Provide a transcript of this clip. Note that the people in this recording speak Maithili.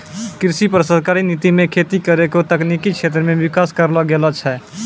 कृषि पर सरकारी नीति मे खेती करै रो तकनिकी क्षेत्र मे विकास करलो गेलो छै